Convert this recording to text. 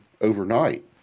overnight